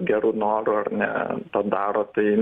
geru noru ar ne padaro tai